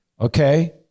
okay